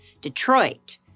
Detroit